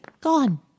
Gone